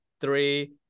three